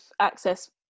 access